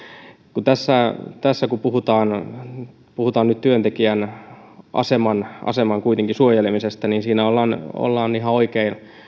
kun tässä tässä puhutaan puhutaan nyt kuitenkin työntekijän aseman suojelemisesta niin siinä ollaan ollaan ihan oikein